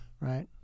right